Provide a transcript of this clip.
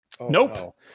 Nope